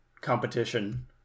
competition